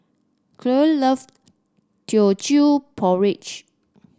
Cyril love Teochew Porridge